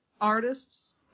Artists